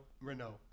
Renault